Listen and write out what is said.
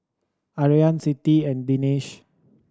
Aryan Siti and Danish